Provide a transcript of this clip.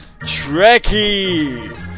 Trekkie